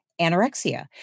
anorexia